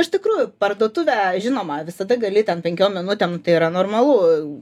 iš tikrųjų parduotuvę žinoma visada gali ten penkiom minutėm tai yra normalu